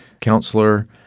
counselor